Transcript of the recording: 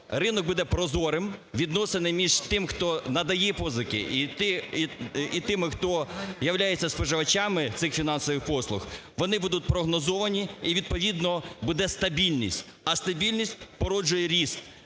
ринок буде прозорим, відносини між тими, хто надає позики, і тими, хто являється споживачами цих фінансових послуг, вони будуть прогнозовані, і відповідно буде стабільність, а стабільність породжує ріст, ріст